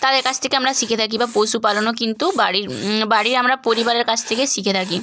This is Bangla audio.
তাদের কাছ থেকে আমরা শিখে থাকি বা পশুপালনও কিন্তু বাড়ির বাড়ির আমরা পরিবারের কাছ থেকে শিখে থাকি